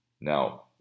Now